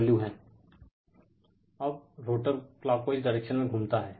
Refer Slide Time 1426 अब rotor clockwise direction में घूमता हैं